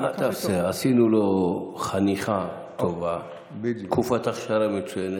עשינו לו חניכה טובה, תקופת הכשרה מצוינת.